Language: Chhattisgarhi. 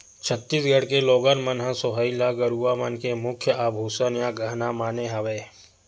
छत्तीसगढ़ के लोगन मन ह सोहई ल गरूवा मन के मुख्य आभूसन या गहना माने हवय